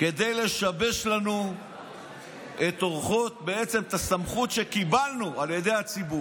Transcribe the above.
כדי לשבש לנו את הסמכות שקיבלנו על ידי הציבור.